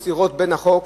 סתירות, והחוק